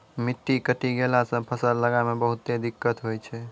मिट्टी कटी गेला सॅ फसल लगाय मॅ बहुते दिक्कत होय छै